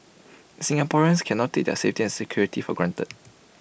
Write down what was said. Singaporeans cannot take their safety and security for granted